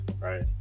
right